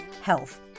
Health